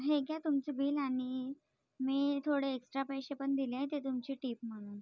हे घ्या तुमचं बिल आणि मी थोडे एक्स्ट्रा पैसे पण दिले आहे ते तुमची टीप म्हणून